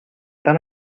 tan